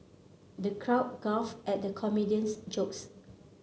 the crowd guffawed at the comedian's jokes